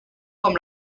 com